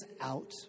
out